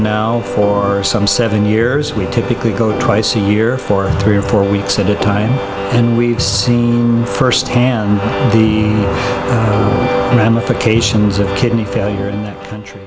now for some seven years we typically go twice a year for three or four weeks at a time and we've seen firsthand the ramifications of kidney failure in country